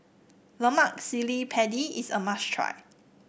Lemak Cili Padi is a must try